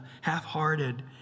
half-hearted